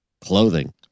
clothing